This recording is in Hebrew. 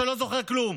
שלא זוכר כלום,